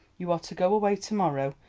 you are to go away to-morrow,